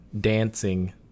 dancing